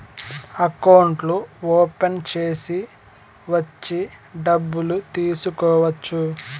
అకౌంట్లు ఓపెన్ చేసి వచ్చి డబ్బులు తీసుకోవచ్చు